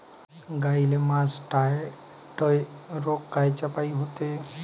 गाईले मासटायटय रोग कायच्यापाई होते?